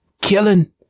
Killing